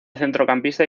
centrocampista